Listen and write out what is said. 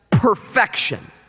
perfection